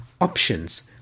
options